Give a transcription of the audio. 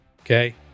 okay